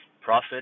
profit